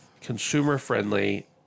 consumer-friendly